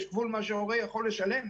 יש גבול לכמה שההורה יכול לשלם.